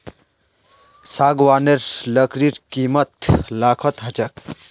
सागवानेर लकड़ीर कीमत लाखत ह छेक